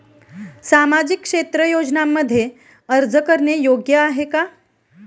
सामाजिक क्षेत्र योजनांमध्ये अर्ज करणे योग्य आहे का?